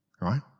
right